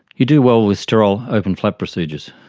you do well with sterile open flap procedures,